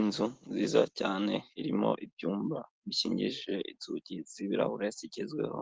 Inzu nziza cyane irimo ibyumba bikingishije inzugi z'ibirahure zigezweho